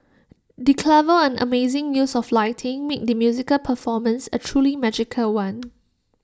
the clever and amazing use of lighting made the musical performance A truly magical one